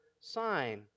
sign